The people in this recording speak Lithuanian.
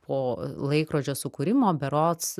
po laikrodžio sukūrimo berods